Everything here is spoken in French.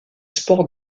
sports